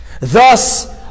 thus